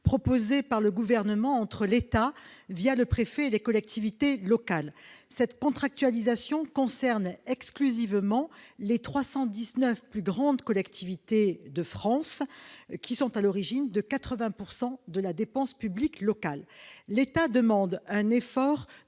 proposée par le Gouvernement entre l'État, le préfet, et les collectivités locales. Cette contractualisation concerne exclusivement les 319 plus grandes collectivités de France, lesquelles sont à l'origine de 80 % de la dépense publique locale. L'État leur demande,